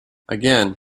again